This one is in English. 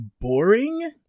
boring